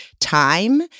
time